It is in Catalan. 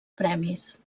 premis